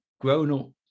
grown-up